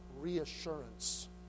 reassurance